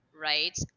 right